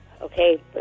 Okay